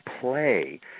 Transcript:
play